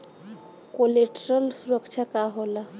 Collateral सुरक्षा का होला?